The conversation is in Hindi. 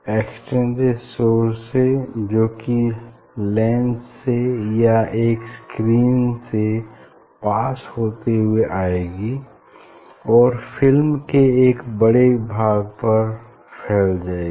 एक्सटेंडेड सोर्स से जो कि लेंस से या एक स्क्रीन से पास होते हुवे आएगी और फिल्म के एक बड़े भाग पर फ़ैल जाएगी